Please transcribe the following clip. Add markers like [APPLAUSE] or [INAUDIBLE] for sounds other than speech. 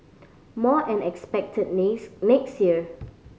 more are expected [UNINTELLIGIBLE] next year